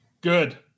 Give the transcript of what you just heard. Good